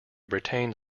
retained